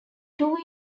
two